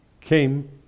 came